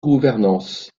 gouvernance